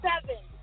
seven